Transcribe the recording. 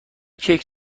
کیک